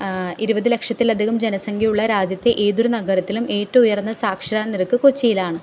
ഇരുപത് ലക്ഷത്തിലധികം ജനസംഖ്യയുള്ള രാജ്യത്തെ ഏതൊരു നഗരത്തിലും ഏറ്റവും ഉയർന്ന സാക്ഷരതാ നിരക്ക് കൊച്ചിയിലാണ്